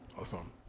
Awesome